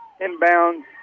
Inbound